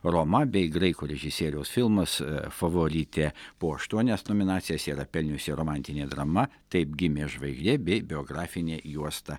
roma bei graikų režisieriaus filmas favoritė po aštuonias nominacijas yra pelniusi romantinė drama taip gimė žvaigždė bei biografinė juosta